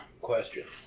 question